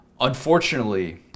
unfortunately